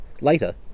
later